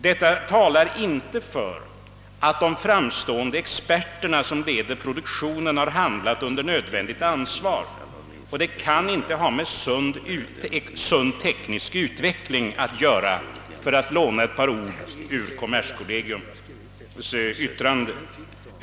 Detta talar inte för att de framstående experter som leder produktionen har handlat under nödvändigt ansvar, och det hela kan inte ha med sund teknisk utveckling att göra — för att låna några ord ur kommerskollegiums yttrande.